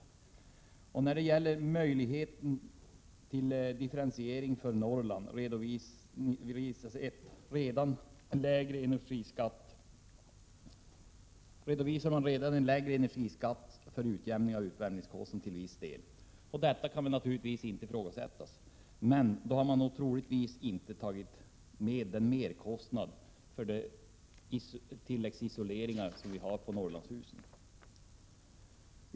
När det gäller möjligheten till en differentiering för Norrland redovisas att en redan en lägre energiskatt utjämnar kostnaden för uppvärmning till viss del. Detta kan naturligtvis inte ifrågasättas. Men man har då troligtvis inte tagit med den merkostnad som vi i Norrland har för tilläggsisolering av våra hus.